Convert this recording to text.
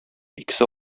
икесе